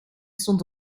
stond